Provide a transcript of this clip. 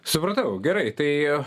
supratau gerai tai